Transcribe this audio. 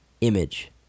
Image